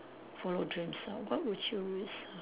follow dreams what would you risk